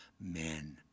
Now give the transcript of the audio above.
men